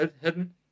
hidden